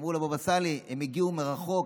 אמרו לבבא סאלי: הם הגיעו מרחוק,